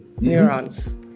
Neurons